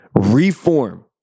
reform